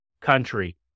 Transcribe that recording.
country